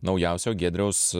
naujausio giedriaus